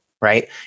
right